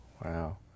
Wow